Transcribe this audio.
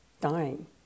dying